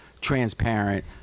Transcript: transparent